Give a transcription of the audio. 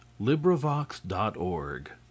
LibriVox.org